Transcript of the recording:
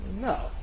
No